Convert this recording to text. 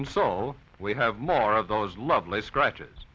and so we have more of those lovely scratches